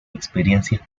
experiencias